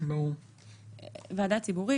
"ועדה ציבורית,